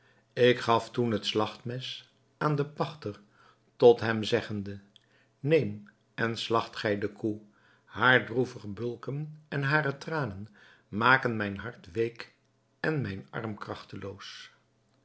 ik gaf toen het slagtmes aan den pachter tot hem zeggende neem en slagt gij de koe haar droevig bulken en hare tranen maken mijn hart week en mijn arm